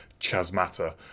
chasmata